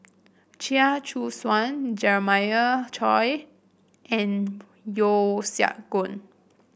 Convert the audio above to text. Chia Choo Suan Jeremiah Choy and Yeo Siak Goon